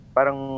Parang